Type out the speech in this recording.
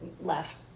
last